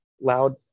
loud